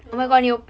you alone